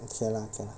okay lah okay lah